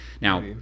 Now